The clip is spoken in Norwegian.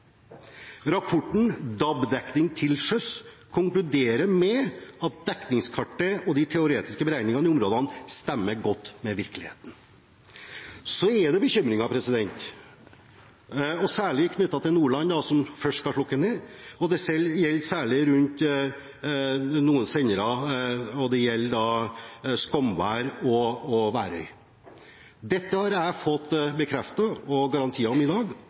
Rapporten DAB-dekning til sjøs konkluderer med at dekningskartet og de teoretiske beregningene i områdene stemmer godt med virkeligheten. Så er det bekymringer, særlig i Nordland, som først skal slukke FM-nettet, og det gjelder særlig noen sendere som Skomvær og Værøy. Dette har jeg fått bekreftet og garantier for i dag: